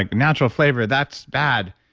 like natural flavor, that's bad.